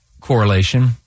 correlation